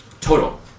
Total